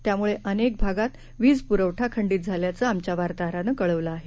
त्यामुळेअनेकभागातवीजपुरवठाखंडीतझाल्याचंआमच्यावार्ताहरानंकळवलंआहे